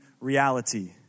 reality